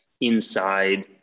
inside